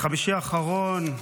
בחמישי האחרון,